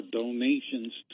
donations